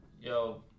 Yo